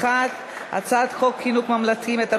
1. הצעת חוק חינוך ממלכתי (תיקון,